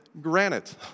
granite